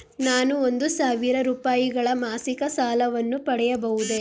ನಾನು ಒಂದು ಸಾವಿರ ರೂಪಾಯಿಗಳ ಮಾಸಿಕ ಸಾಲವನ್ನು ಪಡೆಯಬಹುದೇ?